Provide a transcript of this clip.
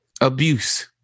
abuse